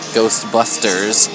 Ghostbusters